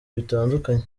bitandukanye